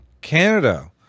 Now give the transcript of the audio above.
Canada